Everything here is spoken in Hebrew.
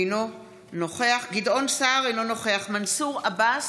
אינו נוכח גדעון סער, אינו נוכח מנסור עבאס,